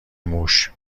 موش